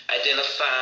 identify